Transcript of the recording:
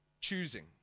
choosing